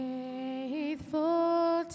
Faithful